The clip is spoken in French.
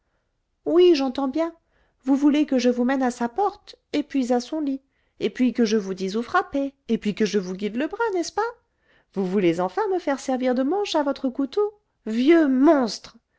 oui j'entends bien vous voulez que je vous mène à sa porte et puis à son lit et puis que je vous dise où frapper et puis que je vous guide le bras n'est-ce pas vous voulez enfin me faire servir de manche à votre couteau vieux monstre